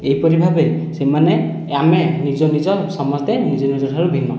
ଏହିପରି ଭାବେ ସେମାନେ ଆମେ ନିଜ ନିଜ ସମସ୍ତେ ନିଜ ନିଜଠାରୁ ଭିନ୍ନ